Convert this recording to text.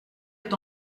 est